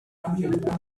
have